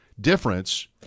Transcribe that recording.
difference